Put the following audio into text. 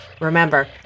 Remember